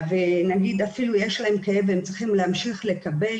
ונגיד אפילו יש להם כאב והם צריכים להמשיך לקבל